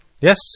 Yes